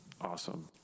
awesome